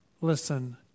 Listen